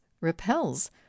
repels